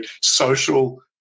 social